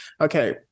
okay